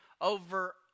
over